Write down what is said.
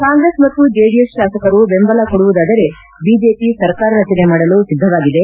ಕಾಂಗ್ರೆಸ್ ಮತ್ತು ಜೆಡಿಎಸ್ ಶಾಸಕರು ಬೆಂಬಲ ಕೊಡುವುದಾದರೆ ಬಿಜೆಪಿ ಸರ್ಕಾರ ರಚನೆ ಮಾಡಲು ಸಿದ್ದವಾಗಿದೆ